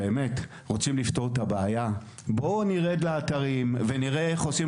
אם רוצים לפתור את הבעיה בואו נרד לאתרים ונראה איך עושים